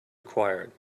required